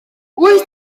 wyt